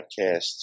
podcasts